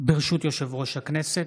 ברשות יושב-ראש הכנסת,